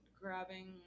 grabbing